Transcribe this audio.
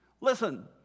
Listen